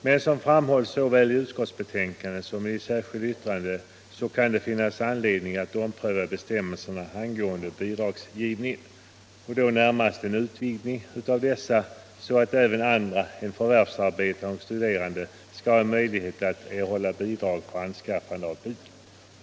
Men som framhålls såväl i utskottsbetänkandet som i det särskilda yttrandet kan det finnas anledning att ompröva bestämmelserna om bidragsgivningen. Möjligheterna bör prövas att utvidga denna typ av bidrag så att även andra än förvärvsarbetande och studerande skall kunna få bidrag för anskaffande av bil.